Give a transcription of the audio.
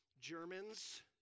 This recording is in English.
Germans